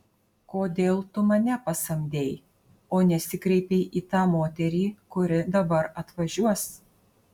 kodėl tu mane pasamdei o nesikreipei į tą moterį kuri dabar atvažiuos